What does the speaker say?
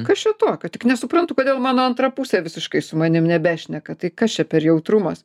kas čia tokio tik nesuprantu kodėl mano antra pusė visiškai su manim nebešneka tai kas čia per jautrumas